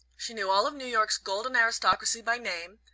she knew all of new york's golden aristocracy by name,